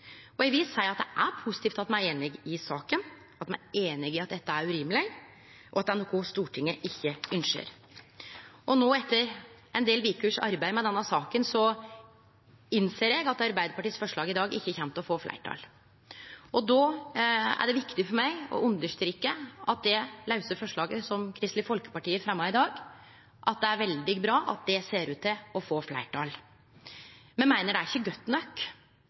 Eg vil seie at det er positivt at me er einige i sak, at me er einige om at dette er urimeleg, og at det er noko Stortinget ikkje ønskjer. Etter ein del vekers arbeid med denne saka innser eg no at Arbeidarpartiets forslag i dag ikkje kjem til å få fleirtal. Då er det viktig for meg å understreke at det er veldig bra at det lause forslaget som Kristeleg Folkeparti fremjar i dag, ser ut til å få fleirtal. Me meiner det ikkje er godt nok,